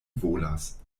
volas